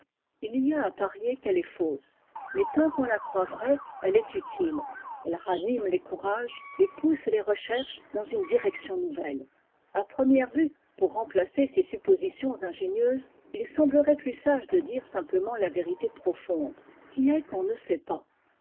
il y a à parier qu'elle est fausse mais tant qu'on la croit vraie elle est utile elle ranime les courages et pousse les recherches dans une direction nouvelle a première vue pour remplacer ces suppositions ingénieuses il semblerait plus sage de dire simplement la vérité profonde qui est qu'on ne sait pas